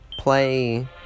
play